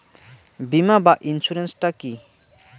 বিমা বা ইন্সুরেন্স টা কি?